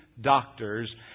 doctors